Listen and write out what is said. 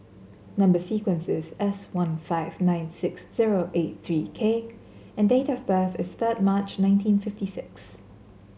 number sequence is S one five nine six zero eight three K and date of birth is third March nineteen fifty six